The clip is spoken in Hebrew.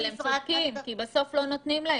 הם צודקים, בסוף לא נותנים להם.